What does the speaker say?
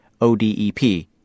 ODEP